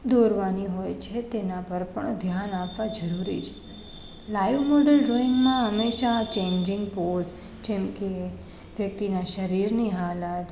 દોરવાની હોય છે તેના પર પણ ધ્યાન આપવા જરૂરી છે લાઈવ મોડલ ડ્રોઇંગમાં હંમેશા ચેન્જિંગ પોસ જેમકે વ્યક્તિના શરીરની હાલાત